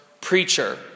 preacher